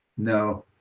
no.